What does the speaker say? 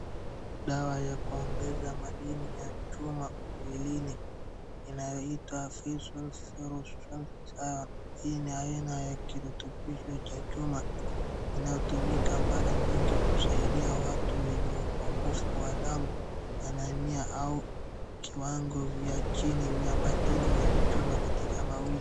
Dawa ya kuongeza madini ya chuma mwilini inaitwa Feosol Ferrous Sulfate Iron, hii ni aina ya kritubishi cha chuma inaotumika mara nyingi kusaidia watu wenye upungufu wa damu Anaemia au kiwango vya chini vya madini ya uchuma katika mwili.